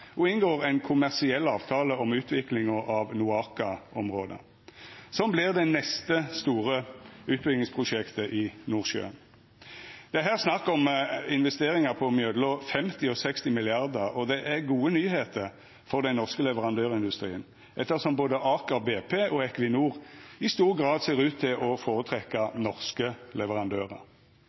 og inngår ein kommersiell avtale om utvikling av NOAKA-området, som vert det neste store utbyggingsprosjektet i Nordsjøen. Det er her snakk om investeringar på mellom 50 mrd. kr og 60 mrd. kr, og det er gode nyhende for den norske leverandørindustrien, ettersom både Aker BP og Equinor i stor grad ser ut til å føretrekkja norske leverandørar.